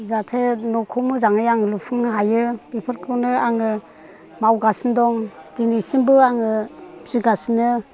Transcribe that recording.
जाहाथे न'खौ मोजाङै आं लुफुंनो हायो बेफोरखौनो आङो मावगासिनो दं दिनैसिमबो आङो फिसिगासिनो